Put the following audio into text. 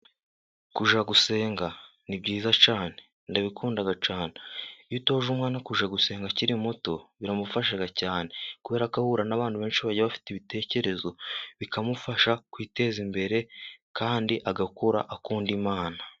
Kujya gusenga ni byiza cyane ndabikundaga cyane, iyo utoje umwana no kujya gusenga akiri muto biramufasha cyane, kubera ko ahura n'abantu benshi bagiye bafite ibitekerezo, bikamufasha kwiteza imbere kandi agakura akunda Imana.